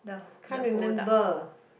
can't remember